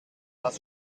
das